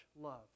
love